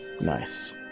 Nice